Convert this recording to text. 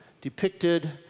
depicted